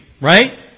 right